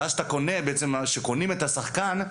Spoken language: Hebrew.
כשקונים את השחקן,